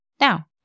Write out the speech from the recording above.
now